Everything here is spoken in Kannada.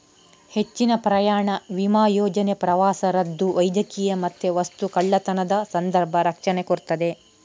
ಹೆಚ್ಚಿನ ಪ್ರಯಾಣ ವಿಮಾ ಯೋಜನೆ ಪ್ರವಾಸ ರದ್ದು, ವೈದ್ಯಕೀಯ ಮತ್ತೆ ವಸ್ತು ಕಳ್ಳತನದ ಸಂದರ್ಭ ರಕ್ಷಣೆ ಕೊಡ್ತದೆ